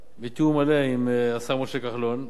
בתיאום מלא עם השר משה כחלון,